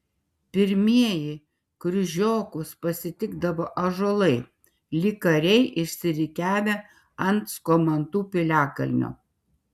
pirmieji kryžiokus pasitikdavo ąžuolai lyg kariai išsirikiavę ant skomantų piliakalnio